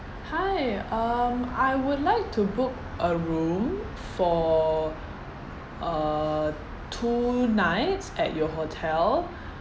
hi um I would like to book a room for uh two nights at your hotel